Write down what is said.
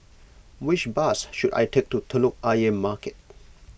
which bus should I take to Telok Ayer Market